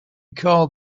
called